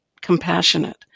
compassionate